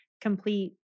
complete